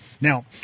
Now